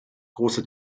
große